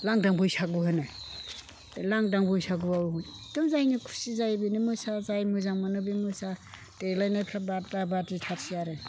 लांदां बैसागु होनो लांदां बैसागुआव एखदम जायनो खुसि जायो बेनो मोसा जाय मोजां मोनो बे मोसा देलायनायफ्राय बादा बादिथारसै आरो